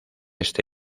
este